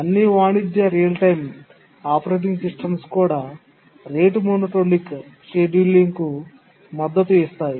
అన్ని వాణిజ్య real time operating systems కూడా రేటు మోనోటోనిక్ షెడ్యూలింగ్కు మద్దతు ఇస్తాయి